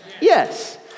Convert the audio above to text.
Yes